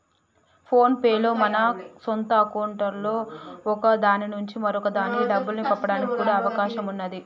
phone pay లో మన సొంత అకౌంట్లలో ఒక దాని నుంచి మరొక దానికి డబ్బుల్ని పంపడానికి కూడా అవకాశం ఉన్నాది